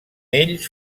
ells